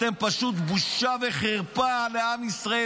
אתם פשוט בושה וחרפה לעם ישראל.